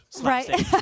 right